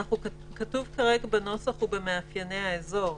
כתוב כרגע בנוסח "ובמאפייני האזור".